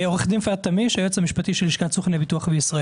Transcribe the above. היועץ המשפטי של לשכת סוכני הביטוח בישראל.